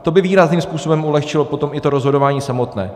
To by výrazným způsobem ulehčilo potom i to rozhodování samotné.